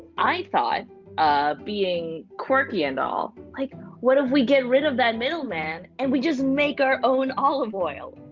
i thought being quirky and all, like what if we get rid of that middleman and we just make our own olive oil?